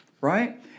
right